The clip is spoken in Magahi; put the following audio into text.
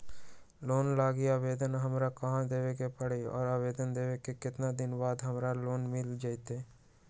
लोन लागी आवेदन हमरा कहां देवे के पड़ी और आवेदन देवे के केतना दिन बाद हमरा लोन मिल जतई?